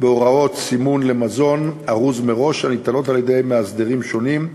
בהוראות סימון של מזון ארוז מראש הניתנות על-ידי מאסדרים שונים,